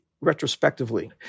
retrospectively